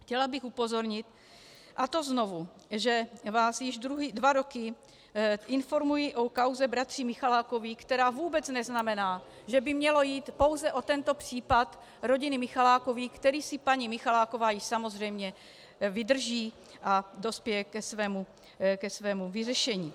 Chtěla bych upozornit, a to znovu, že vás již dva roky informuji o kauze bratří Michalákových, která vůbec neznamená, že by mělo jít pouze o tento případ rodiny Michalákových, který si paní Michaláková již samozřejmě vydrží a dospěje ke svému vyřešení.